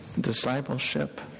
discipleship